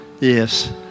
yes